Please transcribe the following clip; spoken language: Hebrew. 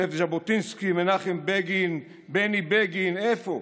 זאב ז'בוטינסקי, מנחם בגין, בני בגין, איפה?